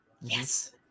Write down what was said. Yes